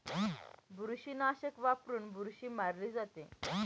बुरशीनाशक वापरून बुरशी मारली जाते